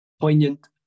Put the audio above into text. poignant